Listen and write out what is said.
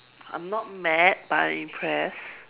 I'm not mad but I'm impressed